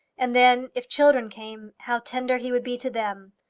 and then, if children came, how tender he would be to them!